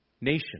nation